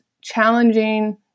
challenging